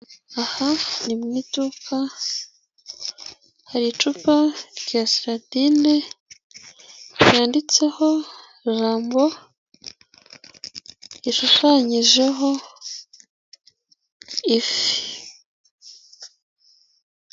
Aha ni mu iduka hari icupa saladine ryaditseho Jambor ishushanyijeho ifi.